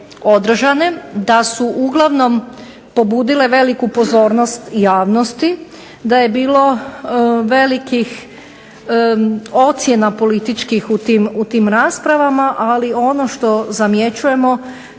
da su uglavnom pobudile veliku pozornost javnosti, da je bilo velikih ocjena političkih u tim raspravama. Ali ono što zamjećujemo